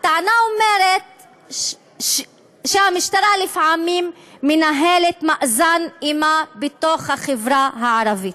הטענה אומרת שהמשטרה לפעמים מנהלת מאזן אימה בתוך החברה הערבית.